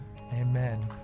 Amen